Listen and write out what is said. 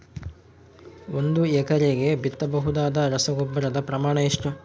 ಒಂದು ಎಕರೆಗೆ ಬಿತ್ತಬಹುದಾದ ರಸಗೊಬ್ಬರದ ಪ್ರಮಾಣ ಎಷ್ಟು?